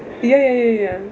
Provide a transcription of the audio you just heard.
ya ya ya